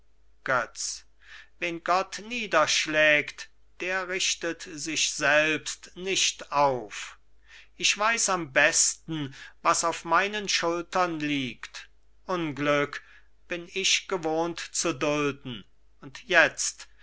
götz wen gott niederschlägt der richtet sich selbst nicht auf ich weiß am besten was auf meinen schultern liegt unglück bin ich gewohnt zu dulden und jetzt